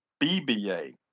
BBA